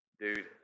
dude